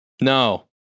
no